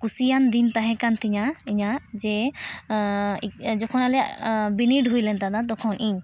ᱠᱩᱥᱤᱭᱟᱱ ᱜᱤᱧ ᱛᱟᱦᱮᱸᱠᱟᱱ ᱛᱤᱧᱟᱹ ᱤᱧᱟᱹᱜ ᱡᱮ ᱡᱚᱠᱷᱚᱱ ᱟᱞᱮᱭᱟᱜ ᱵᱤᱱᱤᱰ ᱦᱩᱭ ᱞᱮᱱ ᱛᱟᱦᱮᱱᱟ ᱛᱚᱠᱷᱚᱱ ᱤᱧ